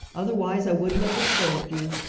otherwise i wouldn't have disturbed you.